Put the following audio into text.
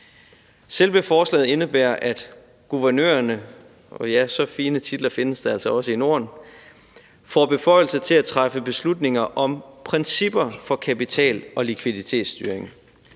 fine titler findes der altså også i Norden – får beføjelser til at træffe beslutninger om principper for kapital- og likviditetsstyring.